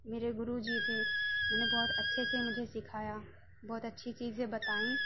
میرے گرو جی تھے انہوں نے بہت اچھے سے مجھے سکھایا بہت اچھی چیزیں بتائیں